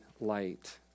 light